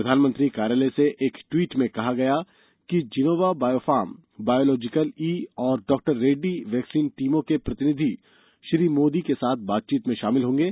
प्रधानमंत्री कार्यालय से एक ट्वीट में कहा गया है कि जिनोवा वायोफार्मा बायोलॉजिकल ई और डॉक्टर रेड्डी वैक्सीन टीमों के प्रतिनिधि श्री मोदी के साथ बातचीत में शामिल होंगे